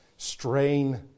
Strain